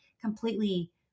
completely